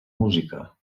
música